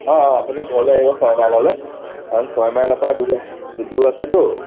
অ' অ' আপুনি ঘৰলৈ আহিব ছয়মাইললৈ কাৰণ ছয়মাইলৰ পৰা দূৰ দূৰ আছেতো